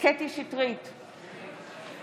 קטי קטרין שטרית,